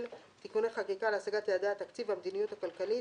(תיקוני חקיקה להשגת יעדי התקציב והמדיניות הכלכלית